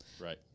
Right